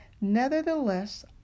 Nevertheless